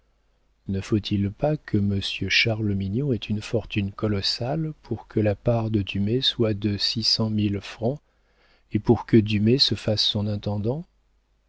ne faut-il pas que monsieur charles mignon ait une fortune colossale pour que la part de dumay soit de six cent mille francs et pour que dumay se fasse son intendant